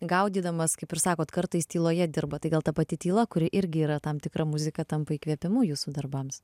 gaudydamas kaip ir sakot kartais tyloje dirbat tai gal ta pati tyla kuri irgi yra tam tikra muzika tampa įkvėpimu jūsų darbams